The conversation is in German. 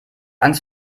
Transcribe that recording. angst